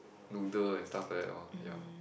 noodle and stuff like that loh ya